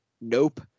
Nope